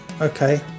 okay